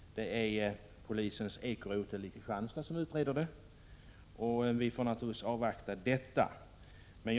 Polisens ekorotel i Kristianstad utreder ärendet. Vi får naturligtvis avvakta resultatet.